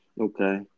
Okay